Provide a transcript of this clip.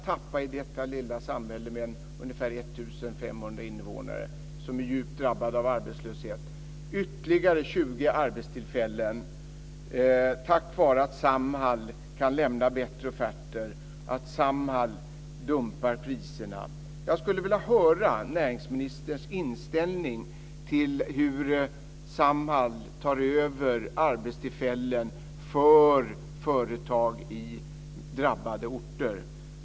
I detta lilla samhälle, med ungefär 1 500 invånare som är djupt drabbade av arbetslöshet, kan vi tappa ytterligare 20 arbetstillfällen på grund av att Samhall kan lämna bättre offerter och dumpar priserna. Jag skulle vilja höra näringsministerns inställning till att Samhall tar över arbetstillfällen för företag i drabbade orter.